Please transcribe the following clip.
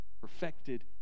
perfected